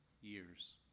years